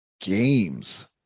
games